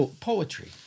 poetry